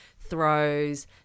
throws